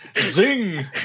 zing